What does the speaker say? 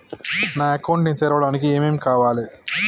నా అకౌంట్ ని తెరవడానికి ఏం ఏం కావాలే?